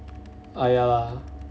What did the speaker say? ah ya lah